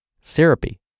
syrupy